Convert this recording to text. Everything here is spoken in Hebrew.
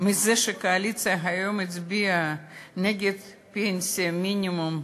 מזה שהקואליציה היום הצביעה נגד פנסיית מינימום,